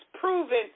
proven